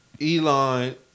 Elon